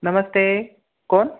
नमस्ते कोण